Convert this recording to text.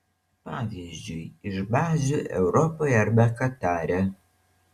pavyzdžiui iš bazių europoje arba katare